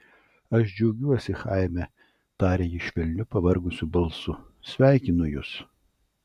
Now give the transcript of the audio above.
aš džiaugiuosi chaime tarė ji švelniu pavargusiu balsu sveikinu jus